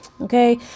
Okay